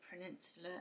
Peninsula